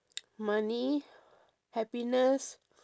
money happiness